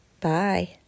Bye